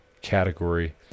category